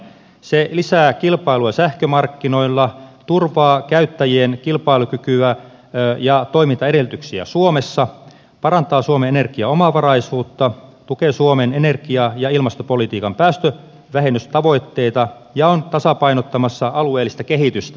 se lisää kilpailua sähkömarkkinoilla turvaa käyttäjien kilpailukykyä ja toimintaedellytyksiä suomessa parantaa suomen energiaomavaraisuutta tukee suomen energia ja ilmastopolitiikan päästövähennystavoitteita ja on tasapainottamassa alueellista kehitystä